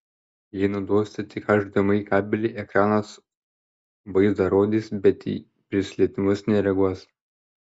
jei naudosite tik hdmi kabelį ekranas vaizdą rodys bet į prisilietimus nereaguos